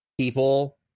people